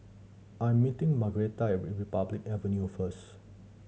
I'm meeting Margarett at Republic Avenue first